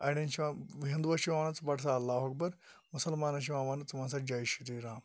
اَڈٮ۪ن چھُ یِوان ہِنٛدوٗون چھُ یِوان وَننہٕ ژٕ پَر سہَ اللہ اَکبَر مُسَلمانَن چھُ یِوان وَننہٕ ژٕ وَن سا جے شری رام